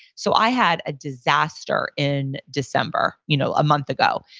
so, i had a disaster in december, you know a month ago.